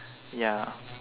ya